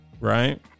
right